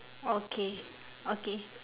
okay okay